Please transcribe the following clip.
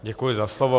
Děkuji za slovo.